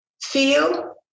feel